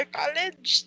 college